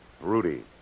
Rudy